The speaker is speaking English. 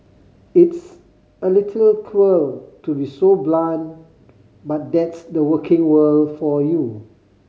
it's a little cruel to be so blunt but that's the working world for you